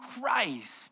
Christ